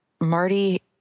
Marty